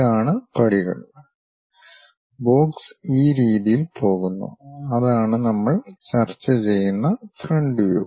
ഇതാണ് പടികൾ ബോക്സ് ഈ രീതിയിൽ പോകുന്നു അതാണ് നമ്മൾ ചർച്ച ചെയ്യുന്ന ഫ്രണ്ട് വ്യൂ